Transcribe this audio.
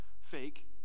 fake